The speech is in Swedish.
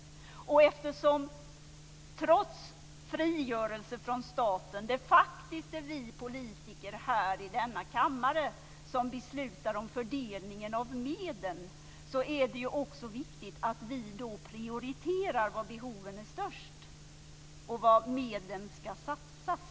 Eftersom det trots frigörelse från staten faktiskt är vi politiker här i denna kammare som beslutar om fördelningen av medel är det också viktigt att vi prioriterar de behov som är störst och var medlen ska satsas.